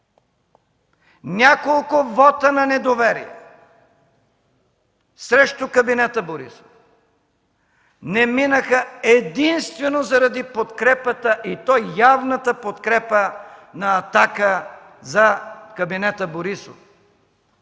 Няколко вота на недоверие срещу кабинета Борисов не минаха единствено заради явната подкрепа на „Атака” за кабинета Борисов.